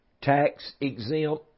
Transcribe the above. tax-exempt